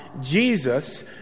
Jesus